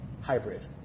Hybrid